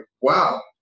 wow